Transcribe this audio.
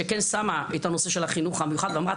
היא שמה את הנושא של החינוך המיוחד ואמרה